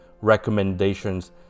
recommendations